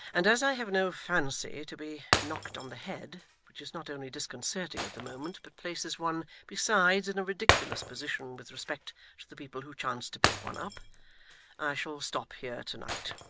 and as i have no fancy to be knocked on the head which is not only disconcerting at the moment, but places one, besides, in a ridiculous position with respect to the people who chance to pick one up i shall stop here to-night.